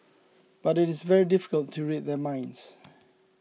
but it is very difficult to read their minds